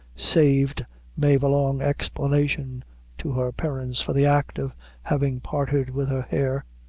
saved mave a long explanation to her parents for the act of having parted with her hair.